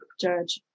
judge